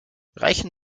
reichen